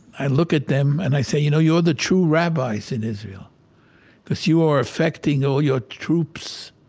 i look at them and i say, you know, you're the true rabbis in israel because you are affecting all your troops.